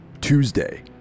Tuesday